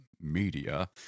media